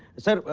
sir,